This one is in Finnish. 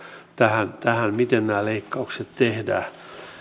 tähän tähän miten nämä leikkaukset